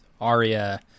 Arya